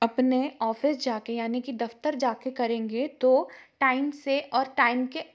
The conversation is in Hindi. अपने ऑफिस जाके यानि कि दफ्तर जाके करेंगे तो टाइम से और टाइम के